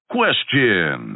question